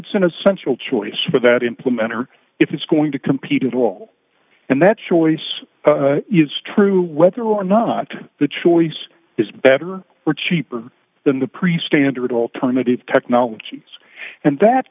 it's an essential choice for that implementor if it's going to compete at all and that choice true whether or not the choice is better or cheaper than the pre standard alternative technologies and that